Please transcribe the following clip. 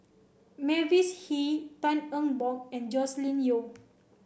Mavis Hee Tan Eng Bock and Joscelin Yeo